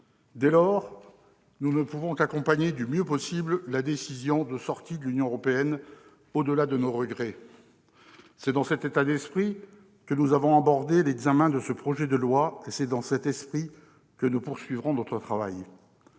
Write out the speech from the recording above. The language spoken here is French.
nos regrets, nous ne pouvons qu'accompagner du mieux possible la décision de sortie de l'Union européenne. C'est dans cet état d'esprit que nous avons abordé l'examen de ce projet de loi, et c'est dans cet esprit que nous poursuivrons notre travail.